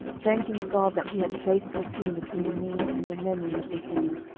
thanking god that he had placed the tomb between me and the memory of this woman,